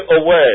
away